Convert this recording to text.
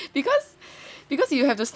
because